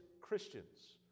Christians